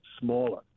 smaller